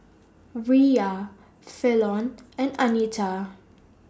Riya Fallon and Anita